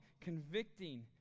convicting